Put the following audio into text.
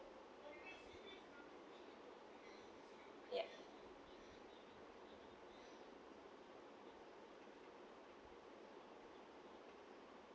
yeah